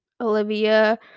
olivia